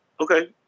Okay